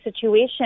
situation